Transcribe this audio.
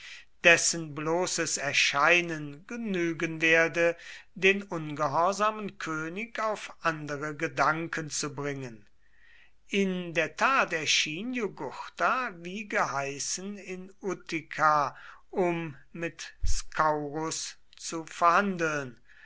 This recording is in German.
dessen bloßes erscheinen genügen werde den ungehorsamen könig auf andere gedanken zu bringen in der tat erschien jugurtha wie geheißen in utica um mit scaurus zu verhandeln